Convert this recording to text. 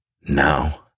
Now